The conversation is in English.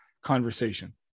conversation